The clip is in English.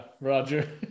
roger